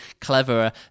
cleverer